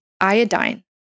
iodine